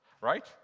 Right